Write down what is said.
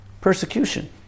Persecution